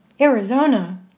Arizona